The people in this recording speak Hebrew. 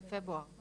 2022,